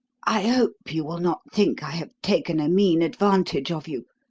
i hope you will not think i have taken a mean advantage of you,